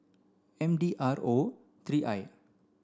M D R O three I